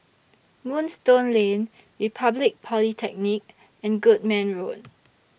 Moonstone Lane Republic Polytechnic and Goodman Road